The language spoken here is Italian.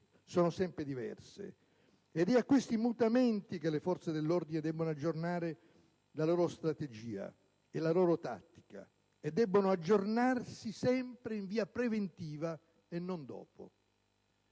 sono sempre diverse; ed è a questi mutamenti che le forze dell'ordine debbono aggiornare la loro strategia e la loro tattica e debbono aggiornarsi sempre in via preventiva e non